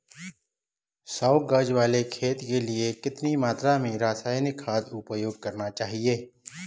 सौ गज वाले खेत के लिए कितनी मात्रा में रासायनिक खाद उपयोग करना चाहिए?